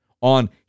on